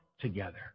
together